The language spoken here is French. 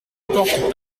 porte